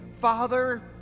father